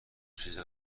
چیز